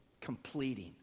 completing